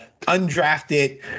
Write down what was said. undrafted